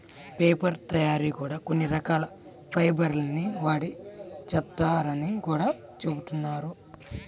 paper తయ్యారీ కూడా కొన్ని రకాల ఫైబర్ ల్ని వాడి చేత్తారని గూడా జెబుతున్నారు